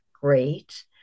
great